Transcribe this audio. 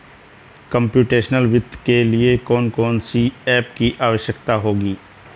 Computational वित्त के लिए कौन कौन सी एप की आवश्यकता होगी?